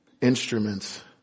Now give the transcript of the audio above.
instruments